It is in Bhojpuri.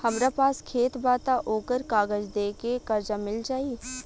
हमरा पास खेत बा त ओकर कागज दे के कर्जा मिल जाई?